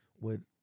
with-